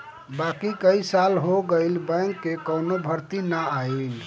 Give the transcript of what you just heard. बाकी कई साल हो गईल बैंक कअ कवनो भर्ती ना आईल